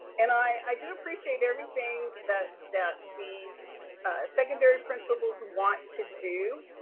and i do appreciate everything that that the secondary principals want to do